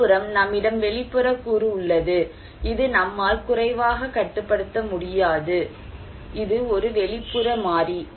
மறுபுறம் நம்மிடம் வெளிப்புறக் கூறு உள்ளது இது நம்மால் குறைவாகக் கட்டுப்படுத்த முடியாது இது ஒரு வெளிப்புற மாறி